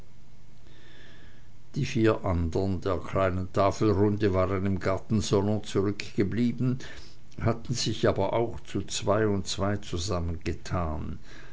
die vier andern der kleinen tafelrunde waren im gartensalon zurückgeblieben hatten sich aber auch zu zwei und zwei zusammengetan